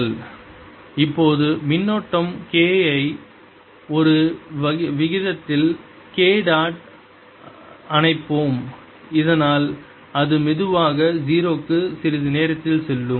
B0K Energy stored length a202K220a20K22 இப்போது மின்னோட்டம் K ஐ ஒரு விகிதத்தில் K டாட் அணைப்போம் இதனால் அது மெதுவாக 0 க்கு சிறிது நேரத்தில் செல்லும்